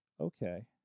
okay